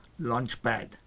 Launchpad